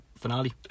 finale